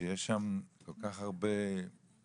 שיש שם כל כך הרבה כסף,